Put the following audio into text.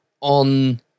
on